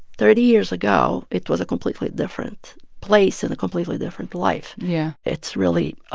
thirty years ago, it was a completely different place and a completely different life yeah it's really